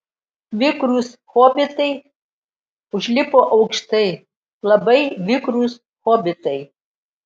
vikrūs hobitai užlipo aukštai labai vikrūs hobitai